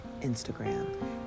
Instagram